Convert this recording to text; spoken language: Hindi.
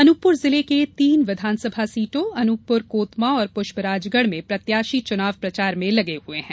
अनूपपुर जिले के तीन विधानसभा सीटों अनूपपुर कोतमा और पुष्पराजगढ़ में प्रत्याशी चुनाव प्रचार में लगे हुए हैं